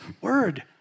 word